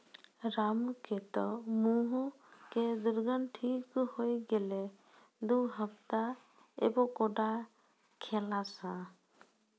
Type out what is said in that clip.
रामू के तॅ मुहों के दुर्गंध ठीक होय गेलै दू हफ्ता एवोकाडो खैला स